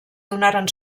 donaren